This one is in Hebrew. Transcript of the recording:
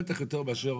בטח יותר מאשר